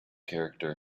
character